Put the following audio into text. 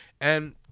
And-